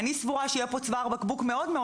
אני סבורה שיהיה פה צוואר בקבוק מאוד מאוד